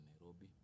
Nairobi